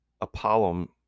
Apollo